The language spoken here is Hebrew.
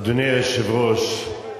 אדוני היושב-ראש,